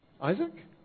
Isaac